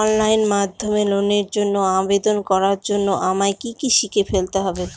Online মাধ্যমে লোনের জন্য আবেদন করার জন্য আমায় কি কি শিখে ফেলতে হবে?